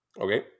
Okay